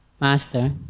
Master